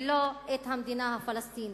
ולא את המדינה הפלסטינית.